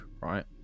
right